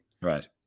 Right